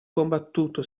combattuto